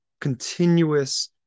continuous